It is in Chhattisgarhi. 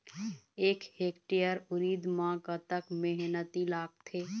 एक हेक्टेयर उरीद म कतक मेहनती लागथे?